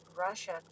Russia